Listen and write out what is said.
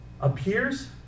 appears